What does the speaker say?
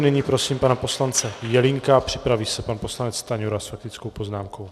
Nyní prosím pana poslance Jelínka a připraví se pan poslanec Stanjura s faktickou poznámkou.